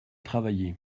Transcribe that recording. travaillé